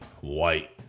white